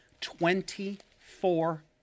Twenty-four